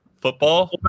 football